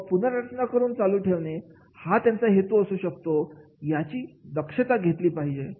मग पुनर्रचना करून चालू ठेवणे हा त्यांचा हेतू असू शकतो याची दक्षता ठेवली पाहिजे